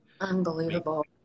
Unbelievable